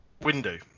Window